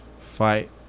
Fight